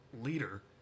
leader